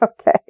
Okay